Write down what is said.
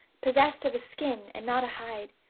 possessed of a skin, and not a hide,